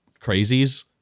crazies